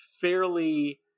fairly